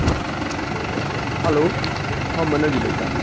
hello हांव मनोज उलयतां